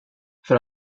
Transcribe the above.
för